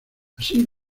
así